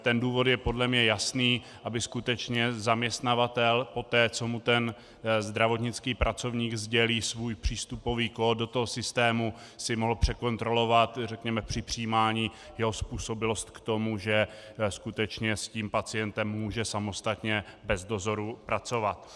Ten důvod je podle mě jasný aby skutečně zaměstnavatel poté, co mu ten zdravotnický pracovník sdělí svůj přístupový kód do systému, si mohl překontrolovat, řekněme při přijímání, jeho způsobilost k tomu, že skutečně s pacientem může samostatně bez dozoru pracovat.